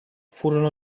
furono